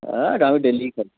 হ্যাঁ ওটা আমি ডেলিই খাই